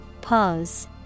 Pause